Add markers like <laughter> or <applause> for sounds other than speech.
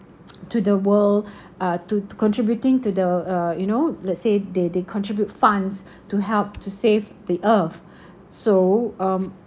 to the world <breath> uh to contributing to the uh you know let's say they they contribute funds to help to save the earth <breath> so um